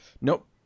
Nope